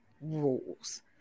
rules